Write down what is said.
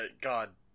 god